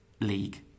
league